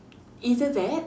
either that